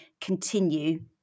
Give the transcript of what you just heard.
continue